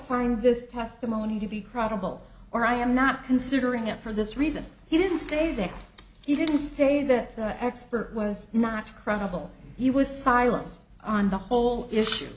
find this testimony to be credible or i am not considering it for this reason he didn't say that he didn't say that the expert was not credible he was silent on the whole issue